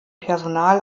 personal